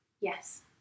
Yes